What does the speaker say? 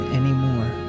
anymore